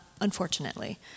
unfortunately